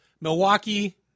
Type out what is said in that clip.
Milwaukee